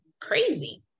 crazy